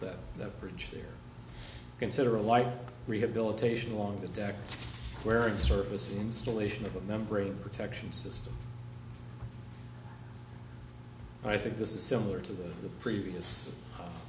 that's the bridge here consider a light rehabilitation along the deck where the surface installation of a membrane protection system i think this is similar to the previous